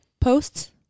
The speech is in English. posts